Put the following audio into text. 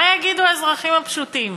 מה יגידו האזרחים הפשוטים?